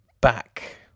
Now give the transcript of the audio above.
Back